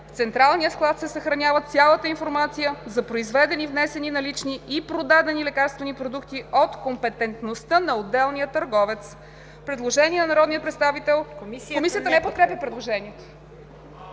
В централния склад се съхранява цялата информация за произведени, внесени, налични и продадени лекарствени продукти от компетентността на отделния търговец.“ Комисията не подкрепя предложението.